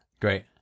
Great